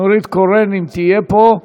נורית קורן, אם תהיה פה,